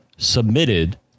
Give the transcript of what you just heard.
submitted